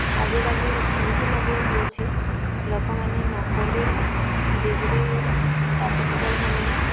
ଆଜିକାଲି ଏମିତି ମଧ୍ୟ ହେଉଛି ଲୋକମାନେ ନକଲି ଡିଗ୍ରୀ ସାର୍ଟିଫିକେଟ୍ ବନାଇ